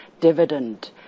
dividend